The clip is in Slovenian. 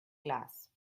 glas